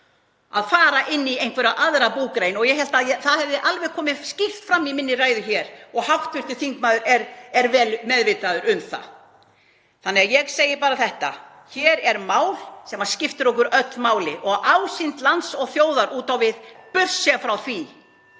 að fara í einhverja aðra búgrein. Ég hélt að það hefði alveg komið skýrt fram í minni ræðu hér og hv. þingmaður er vel meðvitaður um það. Ég segi bara þetta: Hér er mál sem skiptir okkur öll máli og ásýnd lands og þjóðar út á við, burt séð frá því